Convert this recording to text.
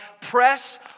press